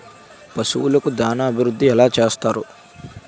పశువులకు దాన అభివృద్ధి ఎలా చేస్తారు?